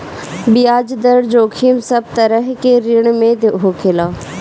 बियाज दर जोखिम सब तरह के ऋण में होखेला